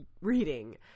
reading